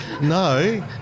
no